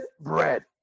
bread